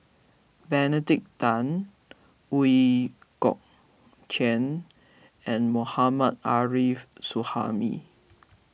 Benedict Tan Ooi Kok Chuen and Mohammad Arif Suhaimi